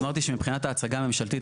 אמרתי שמבחינת ההצגה הממשלתית,